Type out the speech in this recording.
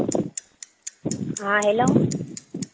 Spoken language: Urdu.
ہاں ہیلو